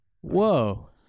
Whoa